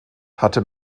hatte